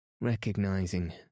Recognizing